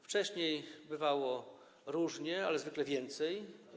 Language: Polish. Wcześniej bywało różnie, ale zwykle więcej.